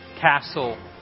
castle